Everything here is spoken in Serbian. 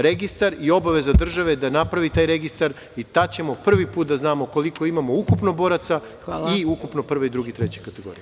Registar i obaveza države je da napravi taj registar i tada ćemo prvi put da znamo koliko imamo ukupno boraca i ukupno 1. i 2. i 3. kategorije.